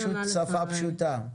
פשוט שפה פשוטה.